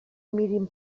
mirin